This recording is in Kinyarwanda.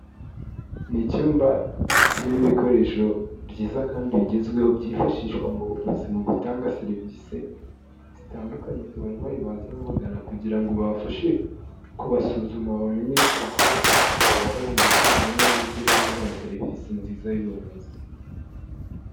Ni icyumba kirimo ibikoresho byiza kandi bigezweho, byifashishwa mu buvuzi mu gutanga serivisi zitandukanye ku barwayi baza bababagana, kugira ngo babafashe kubasuzuma bamenye aho bababara ndetse bamenye n'uburyo bari bubahaye serivisi nziza y'ubuvuzi.